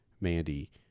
Mandy